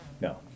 No